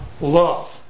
love